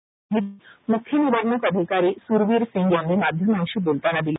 अशी माहिती मुख्य निवडणूक अधिकारी सुरबीर सिंग यांनी माध्यमांशी बोलताना दिली